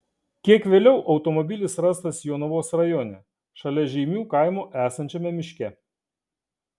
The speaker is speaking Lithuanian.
kiek vėliau automobilis rastas jonavos rajone šalia žeimių kaimo esančiame miške